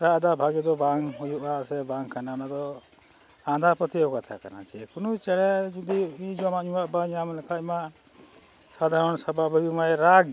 ᱨᱟᱜ ᱫᱟᱭ ᱵᱷᱟᱹᱜᱤ ᱫᱚ ᱵᱟᱝ ᱦᱩᱭᱩᱜᱼᱟ ᱥᱮ ᱵᱟᱝ ᱠᱟᱱᱟ ᱚᱱᱟ ᱫᱚ ᱟᱸᱫᱷᱟ ᱯᱟᱹᱛᱭᱟᱹᱣ ᱠᱟᱛᱷᱟ ᱠᱟᱱᱟ ᱥᱮ ᱠᱳᱱᱳ ᱪᱮᱬᱮ ᱡᱩᱫᱤ ᱡᱚᱢᱟᱜ ᱧᱩᱣᱟᱜ ᱵᱟᱭ ᱧᱟᱢ ᱞᱮᱠᱷᱟᱱ ᱢᱟ ᱥᱟᱫᱷᱟᱨᱚᱱ ᱥᱟᱵᱷᱟᱵᱤᱠ ᱢᱟᱭ ᱨᱟᱜᱽ ᱜᱮ